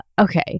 Okay